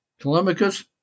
Telemachus